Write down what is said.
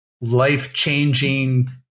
life-changing